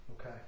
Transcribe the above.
okay